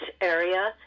area